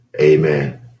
Amen